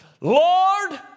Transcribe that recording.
Lord